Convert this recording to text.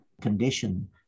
condition